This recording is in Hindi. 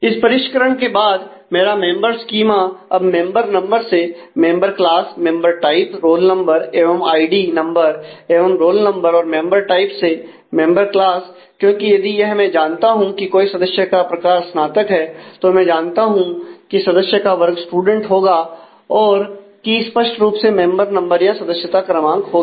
इस परिष्करण के बाद मेरा मेंबर स्कीमा अब member number → member class member type roll number एवं आईडी नंबर एवं रोल नंबर और मेंबर टाइप → मेंबर क्लास क्योंकि यदि यह मैं जानता हूं कि कोई सदस्य का प्रकार स्नातक है तो मैं जानता हूं कि सदस्य का वर्ग स्टूडेंट होगा और की स्पष्ट रूप से मेंबर नंबर या सदस्यता क्रमांक होगी